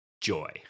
joy